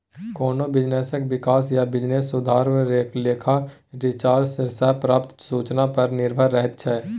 कोनो बिजनेसक बिकास या बिजनेस सुधरब लेखा रिसर्च सँ प्राप्त सुचना पर निर्भर रहैत छै